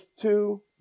two